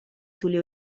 sulle